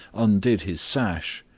undid his sash,